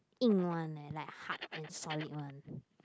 硬 one eh like hard and solid one